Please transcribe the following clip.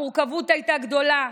המורכבות הייתה גדולה: